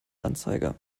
anzeiger